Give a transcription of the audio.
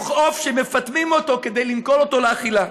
הוא עוף שמפטמים אותו כדי למכור אותו לאכילה.